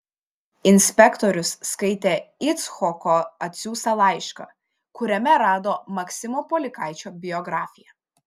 inspektorius skaitė icchoko atsiųstą laišką kuriame rado maksimo polikaičio biografiją